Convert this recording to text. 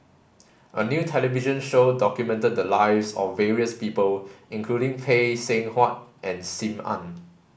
a new television show documented the lives of various people including Phay Seng Whatt and Sim Ann